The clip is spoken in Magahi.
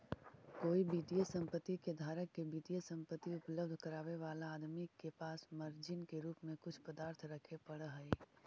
कोई वित्तीय संपत्ति के धारक के वित्तीय संपत्ति उपलब्ध करावे वाला आदमी के पास मार्जिन के रूप में कुछ पदार्थ रखे पड़ऽ हई